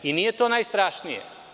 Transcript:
Nije to najstrašnije.